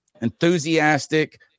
enthusiastic